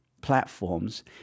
platforms